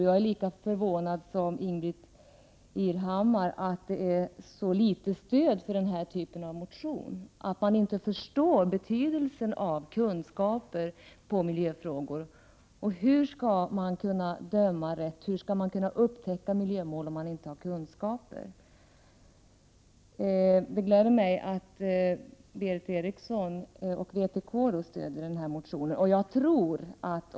Jag är lika förvånad som Ingbritt Irhammar över att det finns så litet stöd för denna motion och att det inte finns förståelse för betydelsen av kunskaper på miljöområdet. Hur skall domstolarna kunna döma rätt, och hur skall miljömål kunna upptäckas, om inte kunskaperna hos berörda personer är tillräckligt stora? Det gläder mig att vpk enligt Berith Eriksson stöder denna motion.